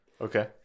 Okay